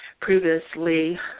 previously